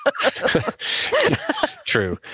True